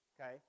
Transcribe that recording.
Okay